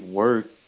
work